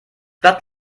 blatt